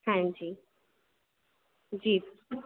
हां जी जी